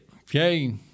okay